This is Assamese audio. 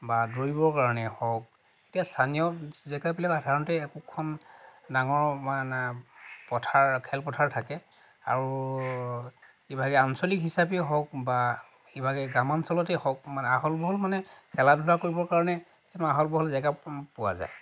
বা দৌৰিবৰ কাৰণেই হওক এতিয়া স্থানীয় জেগাবিলাকত সাধাৰণতে একোখন ডাঙৰ মানে পথাৰ খেলপথাৰ থাকে আৰু ইভাগে আঞ্চলিক হিচাপেই হওক বা ইভাগে গ্ৰামাঞ্চলতেই হওক মানে আহল বহল মানে খেলা ধূলা কৰিবৰ কাৰণে কিছুমান আহল বহল জেগা পোৱা যায়